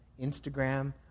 Instagram